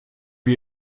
wir